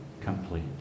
complete